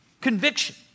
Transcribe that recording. conviction